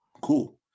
cool